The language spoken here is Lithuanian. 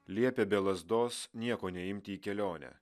liepė be lazdos nieko neimti į kelionę